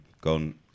gone